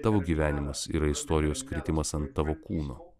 tavo gyvenimas yra istorijos kritimas ant tavo kūno